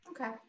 okay